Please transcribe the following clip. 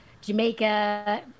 Jamaica